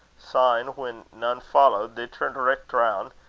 syne when nane followed, they turned richt roun',